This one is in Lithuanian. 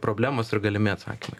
problemos ir galimi atsakymai